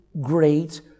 great